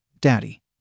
daddy